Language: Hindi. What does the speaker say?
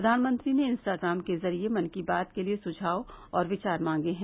प्रधानमंत्री ने इंस्टाग्राम के जरिये मन की बात के लिए सुझाव और विचार मांगे हैं